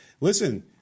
listen